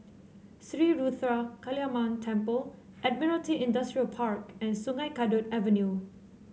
Sri Ruthra Kaliamman Temple Admiralty Industrial Park and Sungei Kadut Avenue